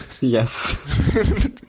Yes